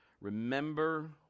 Remember